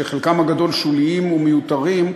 שחלקם הגדול שוליים ומיותרים,